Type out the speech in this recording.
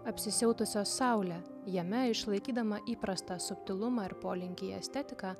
apsisiautusios saule jame išlaikydama įprastą subtilumą ir polinkį į estetiką